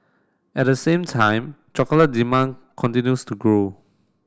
at the same time chocolate demand continues to grow